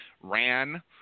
ran